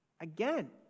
Again